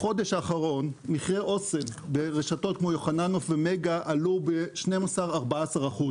בחודש האחרון מחירי אסם ברשתות כמו יוחננוף ומגה עלו ב-12% עד 14%,